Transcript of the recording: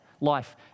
life